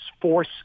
force